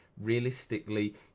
realistically